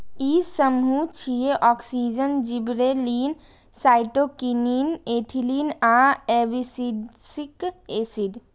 ई समूह छियै, auxin, gibberellin, cytokinin, ethylene आ एब्सिसिक एसिड